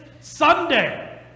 Sunday